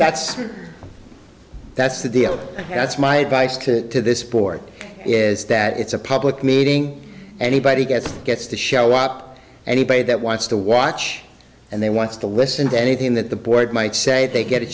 that's that's the deal and that's my advice to to this board is that it's a public meeting anybody gets gets to show up anybody that wants to watch and they want to listen to anything that the board might say they get a